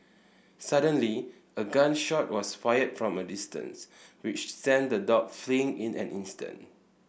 suddenly a gun shot was fired from a distance which sent the dog fleeing in an instant